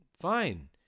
fine